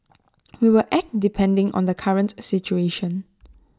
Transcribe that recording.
we will act depending on the current A situation